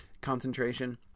concentration